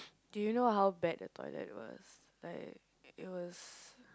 do you know how bad the toilet was like it was